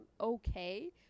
okay